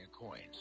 Coins